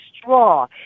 straw